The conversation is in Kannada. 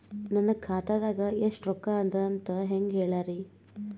ನನ್ನ ಖಾತಾದಾಗ ಎಷ್ಟ ರೊಕ್ಕ ಅದ ಅಂತ ಹೇಳರಿ?